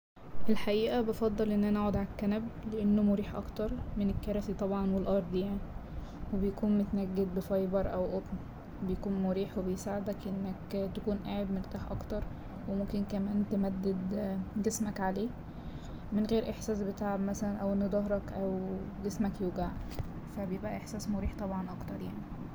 الحقيقة بفضل إن أنا أقعد على الكنب لأنه مريح أكتر من الكراسي طبعا والأرض يعني وبيكون متنجد بفايبر أو قطن بيكون مريح وبيساعدك إنك تكون قاعد مرتاح أكتر وممكن كمان تمدد جسمك عليه من غير إحساس بتعب مثلا أو إن ضهرك أو جسمك يوجعك فا بيبقى إحساس مريح طبعا أكتر يعني.